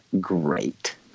great